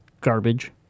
garbage